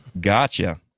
Gotcha